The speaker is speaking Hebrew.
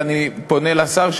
ואני פונה לשר,